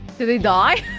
did they die?